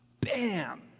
bam